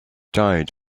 died